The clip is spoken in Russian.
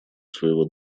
своего